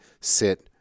sit